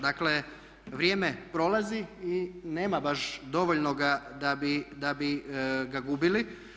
Dakle vrijeme prolazi i nema baš dovoljnoga da bi ga gubili.